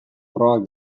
probak